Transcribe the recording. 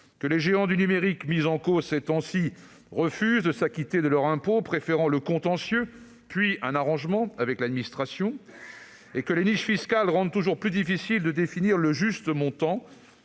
que les géants du numérique, mis en cause ces temps-ci, refusent de s'acquitter de leur impôt, préférant le contentieux, puis un arrangement avec l'administration, et que les niches fiscales rendent toujours plus difficile de définir le juste montant.